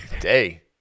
Day